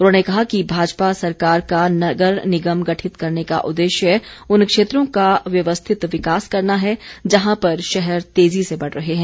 उन्होंने कहा कि भाजपा सरकार का नगर निगम गठित करने का उद्देश्य उन क्षेत्रों का व्यवस्थित विकास करना है जहां पर शहर तेजी से बढ़ रहे हैं